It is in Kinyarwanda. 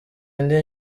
indi